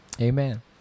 Amen